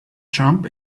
jump